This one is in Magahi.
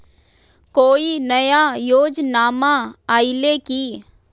कोइ नया योजनामा आइले की?